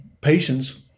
patients